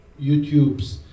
YouTubes